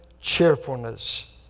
cheerfulness